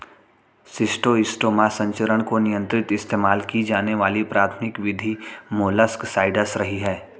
schistosoma संचरण को नियंत्रित इस्तेमाल की जाने वाली प्राथमिक विधि मोलस्कसाइड्स रही है